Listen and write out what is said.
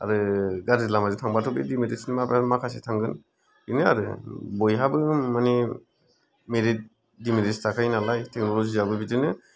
आरो गारजि लामाजों थाङोबाथ' बे डिमेरिटस नि माबा माखासे थांगोन बेनो आरो बयहाबो मानि मेरिट डिमेरिटस थाखायोनालाय टेकनलजि याबो बिदिनो